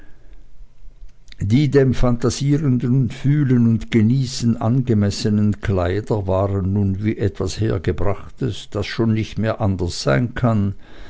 die dem phantasierenden fühlen und genießen angemessenen kleider waren nun wie etwas hergebrachtes das schon nicht mehr anders sein kann